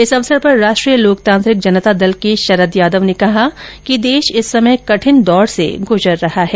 इस अवसर पर राष्ट्रीय लोकतांत्रिक जनता दल के शरद यादव ने कहा कि देश इस समय कठिन दौर से गुजर रहा है